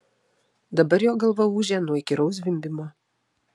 dabar jo galva ūžė nuo įkyraus zvimbimo